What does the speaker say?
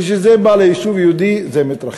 כשזה בא ליישוב יהודי זה מתרחק.